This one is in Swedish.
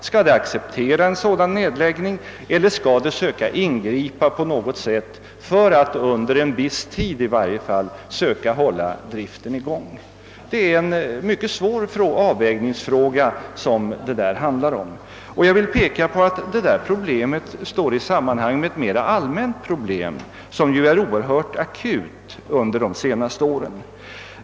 Skall man acceptera en nedläggning, eller skall man från samhällets sida försöka ingripa på något sätt för att åtminstone under en viss tid hålla driften i gång? Där möter en mycket svår avvägning. Detta problem står också i samband med ett mera allmänt problem, som har varit mycket akut under de senaste åren.